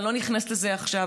ואני לא נכנסת לזה עכשיו.